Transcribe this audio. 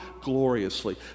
gloriously